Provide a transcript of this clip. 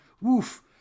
woof